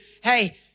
hey